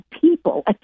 people